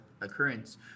occurrence